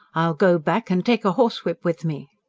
i'll go back and take a horsewhip with me.